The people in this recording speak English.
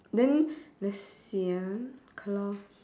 then let's see ah cloth